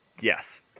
Yes